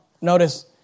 Notice